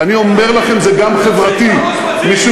ואני אומר לכם, זה גם חברתי, תפסיק להרוס בתים.